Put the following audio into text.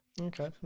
okay